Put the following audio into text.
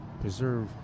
preserve